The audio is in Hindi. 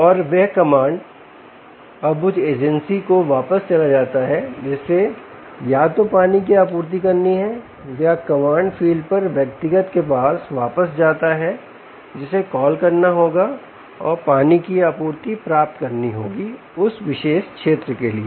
और वह कमांड अब उस एजेंसी को वापस चला जाता है जिसे या तो पानी की आपूर्ति करनी है या कमांड फ़ील्ड पर व्यक्तिगत के पास वापस जाता है जिसे कॉल करना होगा और पानी की आपूर्ति प्राप्त करनी होगी उस विशेष क्षेत्र के लिए